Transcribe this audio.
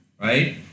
right